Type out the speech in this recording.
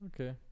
Okay